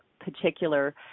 particular